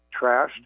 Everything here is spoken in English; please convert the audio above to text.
trashed